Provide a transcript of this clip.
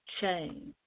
Change